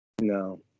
No